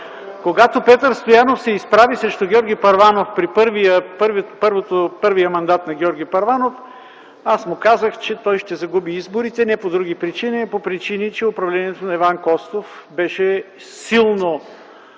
Когато Петър Стоянов се изправи срещу Георги Първанов при първия мандат на Георги Първанов, аз му казах, че той ще изгуби изборите не по други причини, а по причини, че управлението на Иван Костов беше,